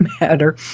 matter